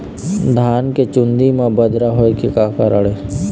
धान के चुन्दी मा बदरा होय के का कारण?